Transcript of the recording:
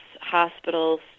hospitals